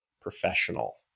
professional